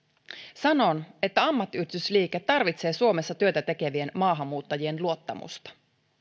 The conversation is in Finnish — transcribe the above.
sanon että ammattiyhdistysliike tarvitsee suomessa työtä tekevien maahanmuuttajien luottamusta